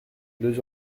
deux